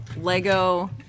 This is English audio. Lego